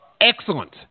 Excellent